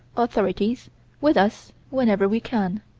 authorities with us whenever we can